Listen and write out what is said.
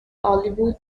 hollywood